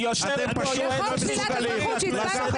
אתם פשוט לא מסוגלים לקחת